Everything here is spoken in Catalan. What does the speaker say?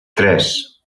tres